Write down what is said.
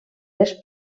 les